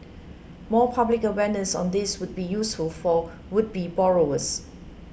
more public awareness on this would be useful for would be borrowers